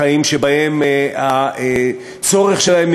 לחיים שבהם הצורך שלהם,